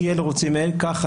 כי אלה רוצים ככה,